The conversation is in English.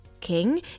King